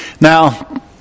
now